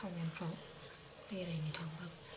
टाउनफ्राव बेरायनो थांबाबो